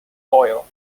oil